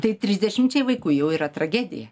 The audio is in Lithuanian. tai trisdešimčiai vaikų jau yra tragedija